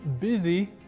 busy